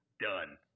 done